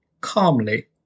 calmly